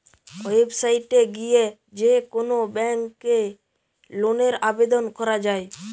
website এ গিয়ে যে কোন ব্যাংকে লোনের আবেদন করা যায়